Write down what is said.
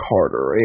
Carter